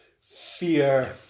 fear